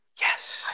Yes